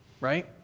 right